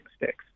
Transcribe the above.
mistakes